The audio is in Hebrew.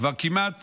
כבר כמעט